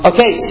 Okay